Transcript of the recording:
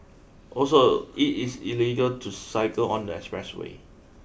also it is illegal to cycle on the express way